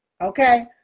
okay